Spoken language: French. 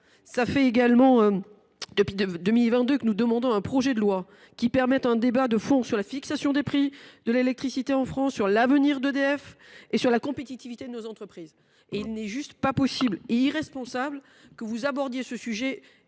de l’Arenh. Depuis 2022, nous attendons un projet de loi qui permette un débat de fond sur la fixation des prix de l’électricité en France, sur l’avenir d’EDF et sur la compétitivité de nos entreprises. Il est tout à fait impossible et irresponsable d’aborder ce sujet